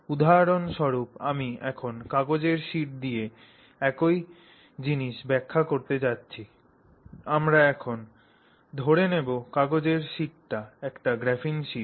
উদাহরণস্বরূপ আমি এখন কাগজের শীট দিয়ে একই জিনিস ব্যাখ্যা করতে যাচ্ছি আমরা এখন ধরে নেব কাগজের শীটটি একটি গ্রাফিন শীট